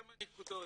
כמה נקודות.